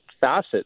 facets